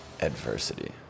adversity